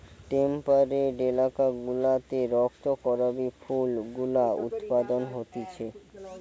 temperate এলাকা গুলাতে রক্ত করবি ফুল গুলা উৎপাদন হতিছে